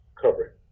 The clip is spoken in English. covering